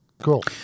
Cool